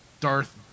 darth